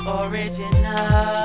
original